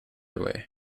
away